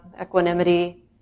equanimity